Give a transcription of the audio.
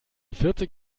vierzig